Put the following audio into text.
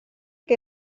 que